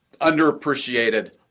underappreciated